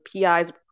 PI's